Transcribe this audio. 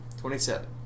twenty-seven